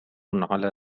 على